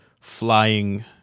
flying